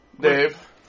Dave